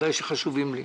ודאי חשובים לי.